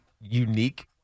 unique